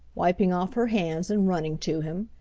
wiping off her hands and running to him.